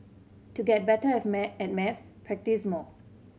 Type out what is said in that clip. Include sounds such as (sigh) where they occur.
to get better (unintelligible) at maths practise more